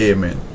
Amen